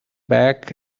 back